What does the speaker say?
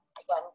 again